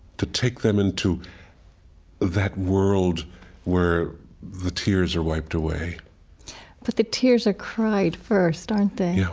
to take them into that world where the tears are wiped away but the tears are cried first, aren't they?